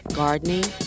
gardening